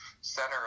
center